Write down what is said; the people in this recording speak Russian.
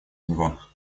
него